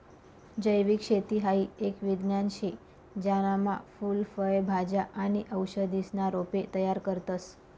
जैविक शेती हाई एक विज्ञान शे ज्याना मान फूल फय भाज्या आणि औषधीसना रोपे तयार करतस